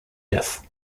death